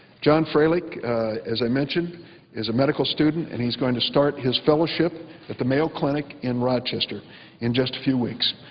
john fraelich as i mentioned is a medical student and he is going to start his fellowship at the mayo clinic in rochester in just a few weeks,